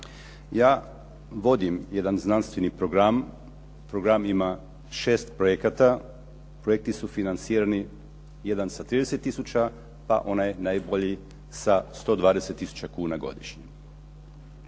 Ja vodim jedan znanstveni program, program ima 6 projekata, projekti su financirani, jedan sa 30 tisuća, pa onaj najbolji sa 120 tisuća kuna godišnje.